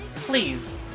Please